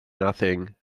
nothing